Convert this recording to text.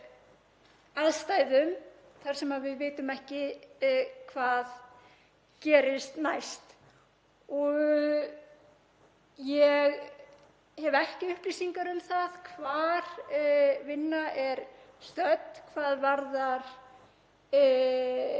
aðstæðum þar sem við vitum ekki hvað gerist næst. Ég hef ekki upplýsingar um það hvar sú vinna er stödd sem varðar